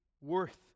worth